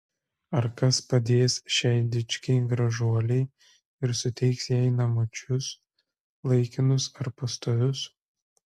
ar kas padės šiai dičkei gražuolei ir suteiks jai namučius laikinus ar pastovius